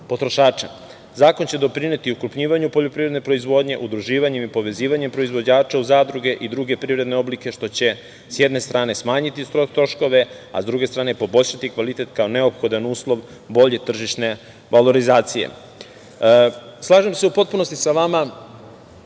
potrošače. Zakon će doprineti ukrupnjivanju poljoprivredne proizvodnje, udruživanje i povezivanje proizvođača u zadruge i druge privredne oblike, što će sa jedne strane smanjiti troškove, a sa druge strane poboljšati kvalitet kao neophodan uslov bolje tržišne valorizacije. Slažem se u potpunosti sa vama